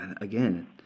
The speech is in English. again